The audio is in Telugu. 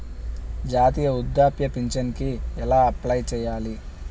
జాతీయ వృద్ధాప్య పింఛనుకి ఎలా అప్లై చేయాలి?